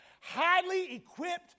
highly-equipped